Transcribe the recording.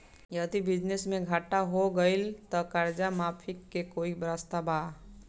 यदि बिजनेस मे घाटा हो गएल त कर्जा माफी के कोई रास्ता बा?